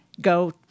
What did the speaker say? go